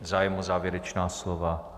Zájem o závěrečná slova?